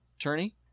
attorney